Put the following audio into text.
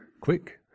Quick